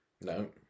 No